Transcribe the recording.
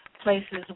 places